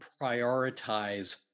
prioritize